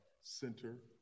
center